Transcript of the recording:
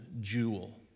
jewel